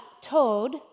toad